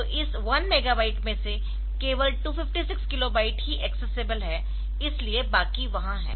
तो इस 1 मेगाबाइट में से केवल 256 किलो बाइट ही एक्सेसेबल है इसलिए बाकी वहा है